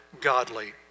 godly